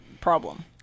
problem